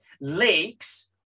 lakes